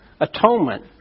atonement